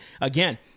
again